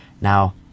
Now